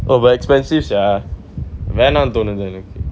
oh but expensive sia வேணா தோணுது எனக்கு:venaa thonuthu enakku